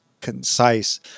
concise